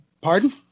Pardon